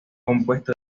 compuesto